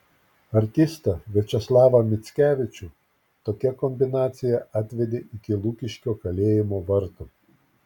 artistą viačeslavą mickevičių tokia kombinacija atvedė iki lukiškių kalėjimo vartų